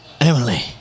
Emily